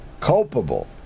culpable